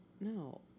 No